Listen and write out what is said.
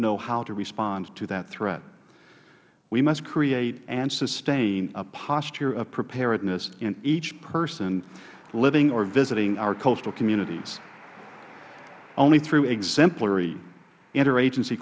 know how to respond to that threat we must create and sustain a posture of preparedness in each person living or visiting our coastal communities only through exemplary interagency